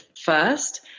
first